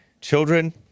children